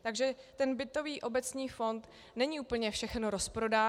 Takže ten bytový obecní fond není úplně všechen rozprodán.